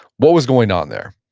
what was going on there?